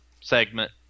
segment